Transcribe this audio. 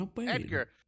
Edgar